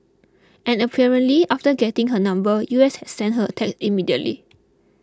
and apparently after getting her number U S had sent her a text immediately